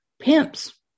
Pimps